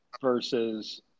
versus